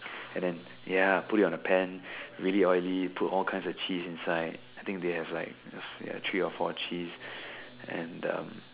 and then ya put it on the pan really oily put all kinds of cheese inside I think they have like three or four cheese and um